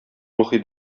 рухи